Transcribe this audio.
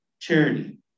charity